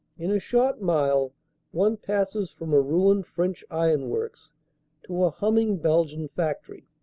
in a short mile one passes from a ruined french ironworks to a humming belgian factory.